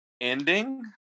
ending